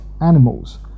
animals